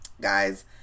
guys